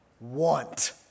want